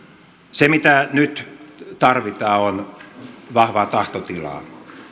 se mitä nyt tarvitaan on vahvaa tahtotilaa